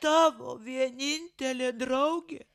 tavo vienintelė draugė